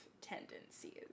tendencies